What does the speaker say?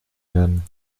werden